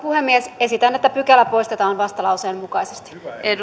puhemies ehdotan että pykälä poistetaan vastalauseen mukaisesti